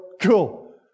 Cool